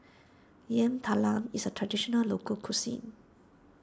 Yam Talam is a Traditional Local Cuisine